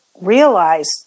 realize